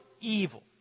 evil